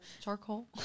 Charcoal